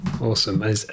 Awesome